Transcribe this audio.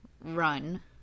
run